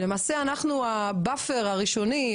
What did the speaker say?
אנחנו הבאפר הראשוני,